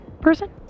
person